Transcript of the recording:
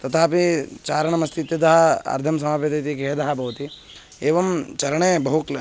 तथापि चारणमस्ति इत्यतः अर्धं समाप्यते इति खेदः भवति एवं चारणे बहु क्ला